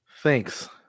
Thanks